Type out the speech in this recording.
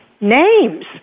names